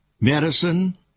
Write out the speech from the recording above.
medicine